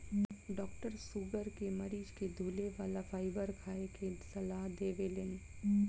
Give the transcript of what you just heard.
doctor sugar के मरीज के धुले वाला फाइबर खाए के सलाह देवेलन